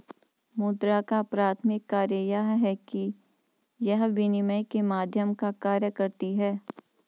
मुद्रा का प्राथमिक कार्य यह है कि यह विनिमय के माध्यम का कार्य करती है